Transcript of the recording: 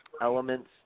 elements